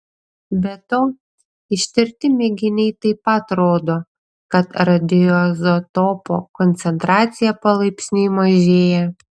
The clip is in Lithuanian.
be to ištirti mėginiai taip pat rodo kad radioizotopo koncentracija palaipsniui mažėja